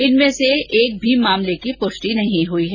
इनमें से अभी तक एक भी मामले की पुष्टि नहीं हुई है